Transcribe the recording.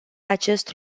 acest